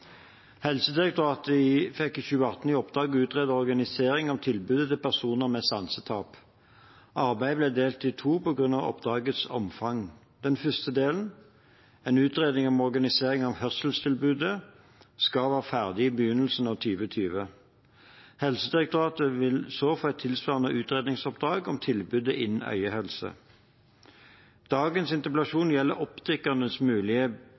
Helsedirektoratet fikk i 2018 i oppdrag å utrede organiseringen av tilbudet til personer med sansetap. Arbeidet ble delt i to på grunn av oppdragets omfang. Den første delen – en utredning om organiseringen av hørselstilbudet – skal være ferdig i begynnelsen av 2020. Helsedirektoratet vil så få et tilsvarende utredningsoppdrag om tilbudet innen øyehelse. Dagens